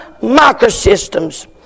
Microsystems